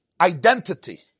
identity